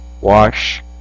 wash